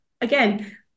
again